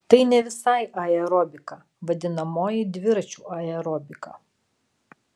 tai ne visai aerobika vadinamoji dviračių aerobika